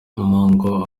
mpongo